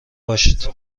باشید